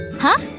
huh?